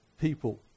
people